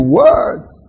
words